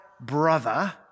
brother